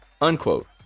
unquote